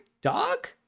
dog